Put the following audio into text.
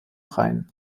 rhein